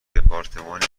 دپارتمانی